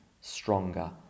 stronger